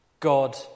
God